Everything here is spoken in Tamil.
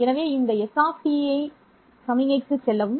எனவே இந்த s சமிக்ஞைக்குச் செல்லவும்